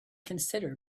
consider